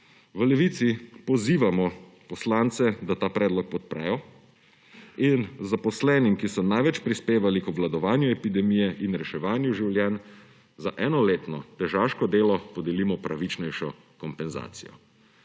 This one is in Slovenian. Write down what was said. V Levici pozivamo poslance, da ta predlog podprejo in zaposlenim, ki so največ prispevali k obvladovanju epidemije in reševanju življenj, za enoletno težaško delo podelimo pravičnejšo kompenzacijo.